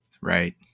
Right